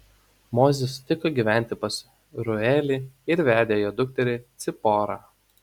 mozė sutiko gyventi pas reuelį ir vedė jo dukterį ciporą